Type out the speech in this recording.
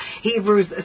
Hebrews